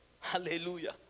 Hallelujah